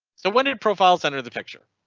so when did profiles under the picture?